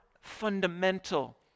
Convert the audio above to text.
fundamental